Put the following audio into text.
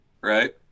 right